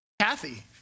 Kathy